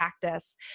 practice